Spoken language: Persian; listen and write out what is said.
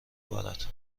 بارد